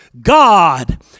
God